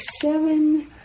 seven